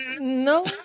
No